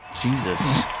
Jesus